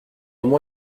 moi